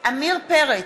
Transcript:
עמיר פרץ,